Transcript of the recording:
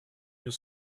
nous